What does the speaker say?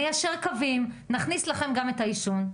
ניישר קווים ונכניס לכם גם את העישון.